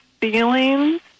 feelings